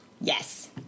Yes